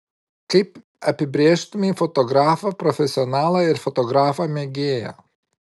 kaip apibrėžtumei fotografą profesionalą ir fotografą mėgėją